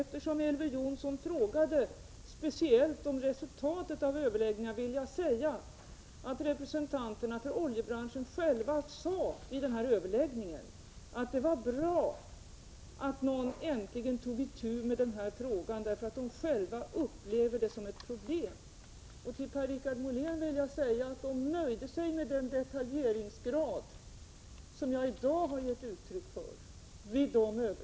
Eftersom Elver Jonsson frågade speciellt om resultatet av överläggningarna vill jag också säga att representanterna för oljebranschen vid dessa överläggningar själva sade att det var bra att någon äntligen tog itu med den här frågan, därför att de själva upplever den som ett problem. Till Per-Richard Molén vill jag säga att oljebranschens representanter vid överläggningarna nöjde sig med den detaljeringsgrad som jag i dag har gett uttryck för.